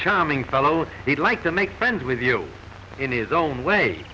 charming fellow he'd like to make friends with you in his own way